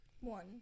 One